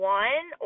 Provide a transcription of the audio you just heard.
one